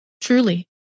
truly